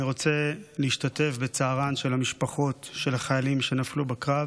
אני רוצה להשתתף בצערן של המשפחות של החיילים שנפלו בקרב.